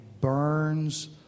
burns